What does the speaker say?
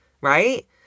right